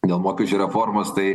dėl mokesčių reformos tai